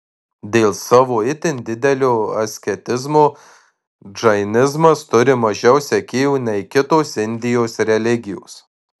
dėl savo itin didelio asketizmo džainizmas turi mažiau sekėjų nei kitos indijos religijos